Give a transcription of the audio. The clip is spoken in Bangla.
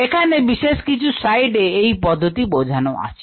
এখানে কিছু বিশেষ স্লাইডে এই পদ্ধতি গুলি বোঝানো আছে